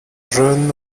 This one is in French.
jeune